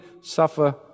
suffer